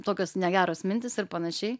tokios negeros mintys ir panašiai